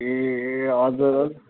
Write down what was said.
ए हजुर